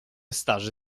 starzy